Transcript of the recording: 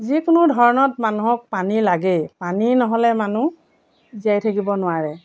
যিকোনো ধৰণত মানুহক পানী লাগে পানী নহ'লে মানুহ জীয়াই থাকিব নোৱাৰে